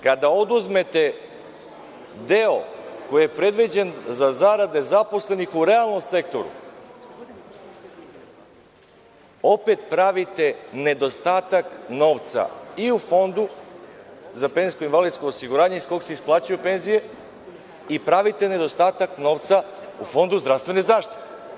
Kada oduzmete deo koji je predviđen za zarade zaposlenih u realnom sektoru, opet pravite nedostatak novca i u Fondu za PIO, iz koga se isplaćuju penzije, i pravi nedostatak novca u Fondu zdravstvene zaštite.